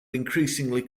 increasingly